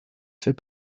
fait